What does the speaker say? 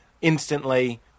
instantly